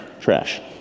trash